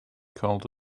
called